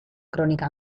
crónica